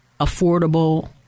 affordable